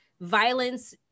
violence